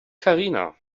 karina